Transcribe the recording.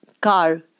car